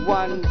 one